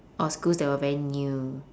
or schools that were very new